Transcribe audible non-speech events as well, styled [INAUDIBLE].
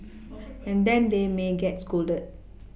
[NOISE] and then they may get scolded